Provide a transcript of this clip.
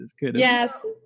Yes